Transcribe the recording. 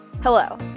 Hello